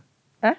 ah